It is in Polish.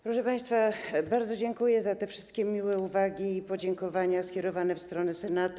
Proszę państwa, bardzo dziękuję za te wszystkie miłe uwagi i podziękowania skierowane w stronę Senatu.